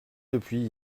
depuis